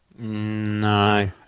No